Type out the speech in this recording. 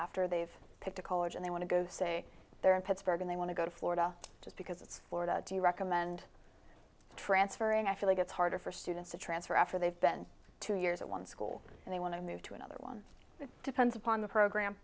after they've picked a college and they want to go say they're in pittsburgh and they want to go to florida just because of florida do you recommend transferring i feel like it's harder for students to transfer after they've been two years at one school and they want to move to another one that depends upon the program